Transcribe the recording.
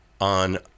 on